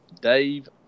dave